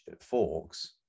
forks